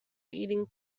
eating